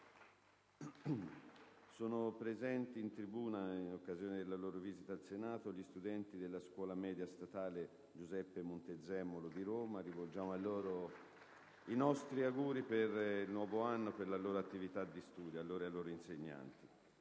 Sono presenti in tribuna, in occasione della loro visita al Senato, gli studenti dell'Istituto comprensivo statale «Giuseppe Montezemolo» di Roma. Rivolgiamo i nostri auguri per il nuovo anno e per l'attività di studio a loro e ai loro insegnanti.